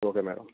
okay madam